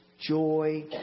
joy